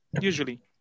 Usually